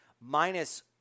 minus